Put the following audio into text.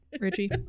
Richie